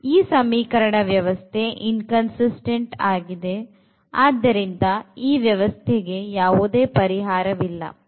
ಈ ಸಮೀಕರಣ ವ್ಯವಸ್ಥೆ inconsistent ಆಗಿದೆ ಆದ್ದರಿಂದ ಈ ವ್ಯವಸ್ಥೆಗೆ ಯಾವುದೇ ಪರಿಹಾರವಿಲ್ಲ